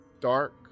dark